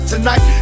Tonight